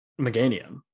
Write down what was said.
Meganium